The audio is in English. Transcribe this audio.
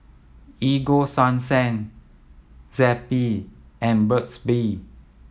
Ego Sunsense Zappy and Burt's Bee